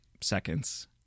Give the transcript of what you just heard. seconds